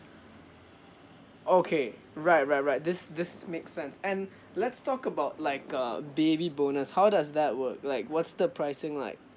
okay right right right this this make sense and let's talk about like uh baby bonus how does that work like what's the pricing like